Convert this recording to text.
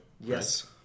Yes